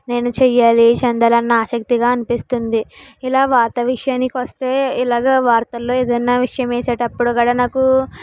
నేను చేయాలి చెందాలన్న ఆశక్తిగా అనిపిస్తుంది ఇలా వార్త విషయానికి వస్తే ఇలాగే వార్తలలోఏదైన విషయం వేసేటప్పుడు కూడా నాకు